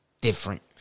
different